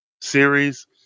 series